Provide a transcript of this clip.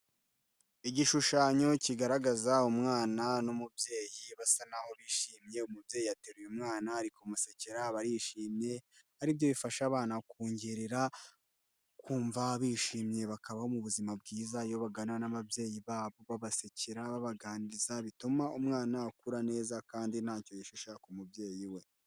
Igishushanyo kigaragaza umwana n'umubyeyi basa naho bishimye. Umubyeyi ateruye umwana arikumusekera, barishimye. Ari byo bifasha abana kongerera kumva bishimye bakabaho mu buzima bwiza, iyo baganira n'ababyeyi babo babasekera, babaganiriza bituma umwana akura neza kandi ntacyo yishisha ku mubyeyi we.